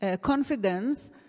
confidence